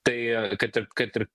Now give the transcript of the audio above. tai kad ir kad ir